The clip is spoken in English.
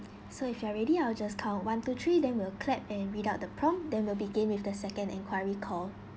so if you are ready I'll just count one two three then we will clap and read out the prompt then will begin with the second enquiry call